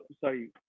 sorry